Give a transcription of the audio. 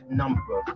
number